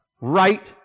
right